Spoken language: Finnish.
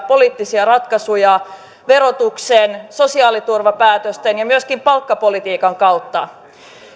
poliittisia ratkaisuja verotuksen sosiaaliturvapäätösten ja myöskin palkkapolitiikan kautta